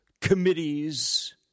committees